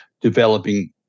developing